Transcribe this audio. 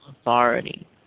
authority